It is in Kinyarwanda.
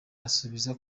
asubiza